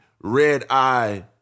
red-eye